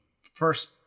First